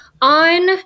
on